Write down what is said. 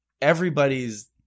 Everybody's